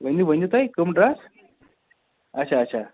ؤنِو ؤنِو تُہۍ کٕم ڈرٛس اچھا اچھا